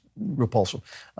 repulsive